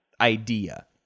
idea